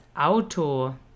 Auto